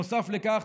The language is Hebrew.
נוסף על כך,